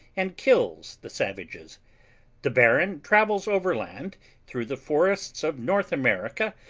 and kills the savages the baron travels overland through the forests of north america,